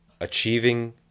achieving